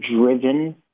driven